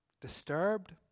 Disturbed